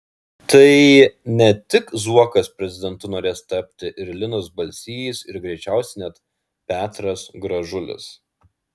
tai ne tik zuokas prezidentu norės tapti ir linas balsys ir greičiausiai net petras gražulis